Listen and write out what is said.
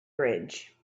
bridge